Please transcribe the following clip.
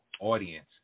audience